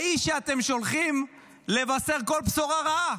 האיש שאתם שולחים לבשר כל בשורה רעה,